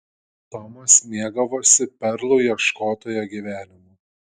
tomas mėgavosi perlų ieškotojo gyvenimu